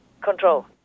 control